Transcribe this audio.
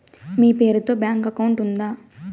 మీ పేరు తో bank account ఉందా?